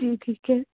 जी ठीक है